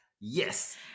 Yes